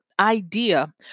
idea